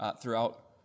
throughout